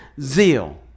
zeal